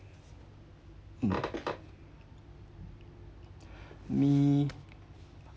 mm me